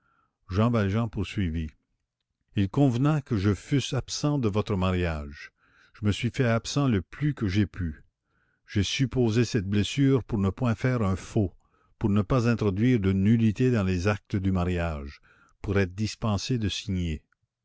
jean valjean poursuivit il convenait que je fusse absent de votre mariage je me suis fait absent le plus que j'ai pu j'ai supposé cette blessure pour ne point faire un faux pour ne pas introduire de nullité dans les actes du mariage pour être dispensé de signer